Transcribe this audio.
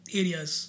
areas